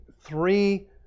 three